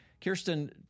Kirsten